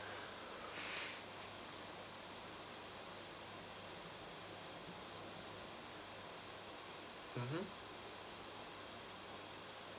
mmhmm